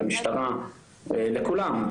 למשטרה לכולם,